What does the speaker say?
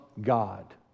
God